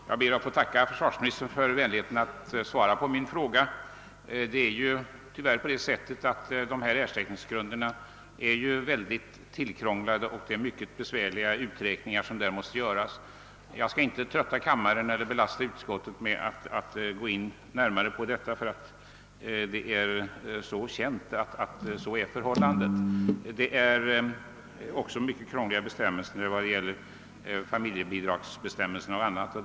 Herr talman! Jag ber att få tacka försvarsministern för vänligheten att svara på min fråga. "Beräkningsgrunderna när ' det gäller ersättningarna till de civilförsvarspliktiga är tyvärr mycket krångliga, och det är besvärliga uträkningar som där måste göras. Jag skall inte nu trötta kammarens ledamöter eller belasta kammarens protokoll med att gå närmare in på dessa frågor, eftersom det är väl känt att så är förhållandet. Även familjebidragsbestämmelser och liknande är mycket krångliga.